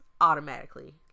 automatically